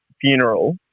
funeral